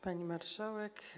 Pani Marszałek!